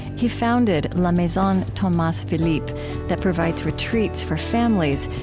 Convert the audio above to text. he founded la maison thomas philippe that provides retreats for families,